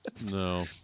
No